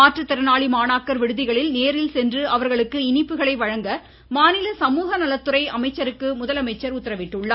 மாற்றுத்திறனாளி மாணாக்கர் விடுதிகளில் நேரில் சென்று அவர்களுக்கு இனிப்புகளை வழங்க மாநில சமூக நலத்துறை அமைச்சருக்கு முதலமைச்சா் உத்தரவிட்டுள்ளார்